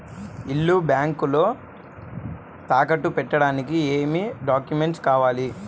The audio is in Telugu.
ఇల్లు బ్యాంకులో తాకట్టు పెట్టడానికి ఏమి డాక్యూమెంట్స్ కావాలి?